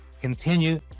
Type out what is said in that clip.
continue